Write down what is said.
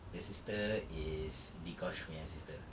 the sister is dee kosh punya sister